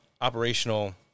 operational